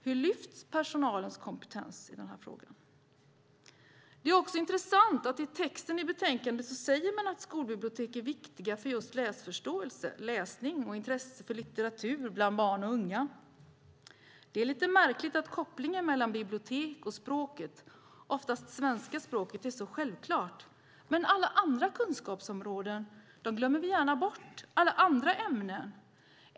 Hur lyfts personalens kompetens fram i detta avseende? Det är också intressant att man i betänkandet skriver att skolbibliotek är viktiga för just läsförståelse, läsning och intresset för litteratur bland barn och unga. Det är lite märkligt att kopplingen mellan bibliotek och språk, oftast svenska språket, är så självklar. Men alla andra kunskapsområden glömmer vi gärna bort liksom alla andra ämnen.